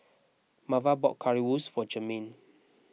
Marva bought Currywurst for Jermain